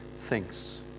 thinks